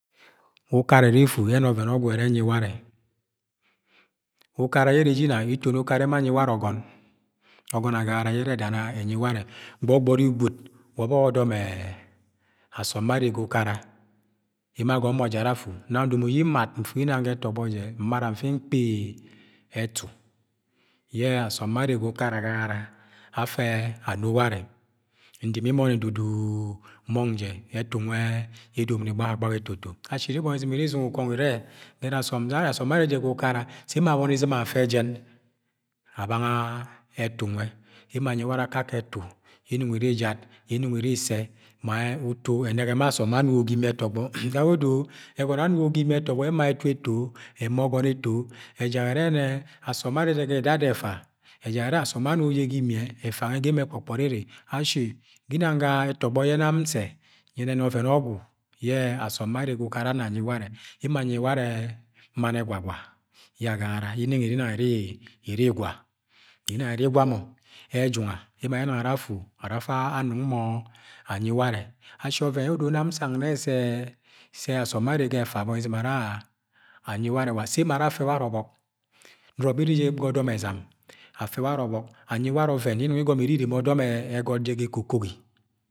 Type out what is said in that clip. Ukara ere efu yẹ una ọvẹn ọgwu ẹre enyi ware ukare yẹ ene jẹ ginang etoni ukara yẹ emo anyi ware ọgọn ọgọn agagara yẹ erẹ edana enyi ware Gbọgbọri, gwud wa ọbok ọdọm asọm bẹ arre ga ukara emo agomo jẹ ara afu. Nam domo yẹ, nmara nfu ginang ga ẹtc̣ogbọ jẹ, nmara nfi nkpi ẹtu ye asọm yẹ arre ga ukara afie ano ware ndimi mọni dudu mong jẹ ẹtu nwẹ edomoni gbagbagbaga etoto ashi iri itọni izɨ̃m izɨ̃ngẹ ukongọ irẹ yẹ, asọm be arre je ga ukara sẹ emo abọni izɨ̃m afe jen abanga ẹtu yẹ ẹnong iri jad iri isse ma utu enegẹ ma asom bẹ anugo ga imi ẹtogbe ga yẹ odo egọ nọ yẹ anugo ga imi ẹtọgbo ye eme etu etọ ema ogon etu. ejak ere yene asọm bẹ arre jẹ ga edada ẹfa, ejak ere asọm ye anugo i. e ga imie efa nwa ga emo ekpo kpọri ene ashi ginang ga ẹtọgbọ yẹ nam nse, nyẹnẹ ni ọvẹn. Ogwu ye osọm bẹ arre ga ukara ana anyi ware emo anyi warre mann ẹgwa gwa ye, agagare yẹ inong ire ginang iri igwa irinang iri igwa mọ ejunga emo are ginang ara afu ara afa anong mọ anyi ware ashi ọvẹn yẹ odo nsang nne sẹ asọm bẹ ere ga efa abọni izɨ̃m are anyi ware wa, sẹ emo abọni izɨ̃m ara afe ware obok nọrọ bẹ ire je ga odom ẹzam anyi ureme ọdọm egọt jẹ ga ekokogi